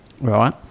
right